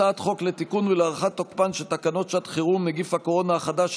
שהצעת חוק לתיקון ולהארכת תוקפן של תקנות שעת חירום (נגיף הקורונה החדש,